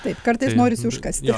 taip kartais norisi užkąsti